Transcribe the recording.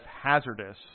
hazardous